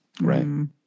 Right